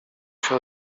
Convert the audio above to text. się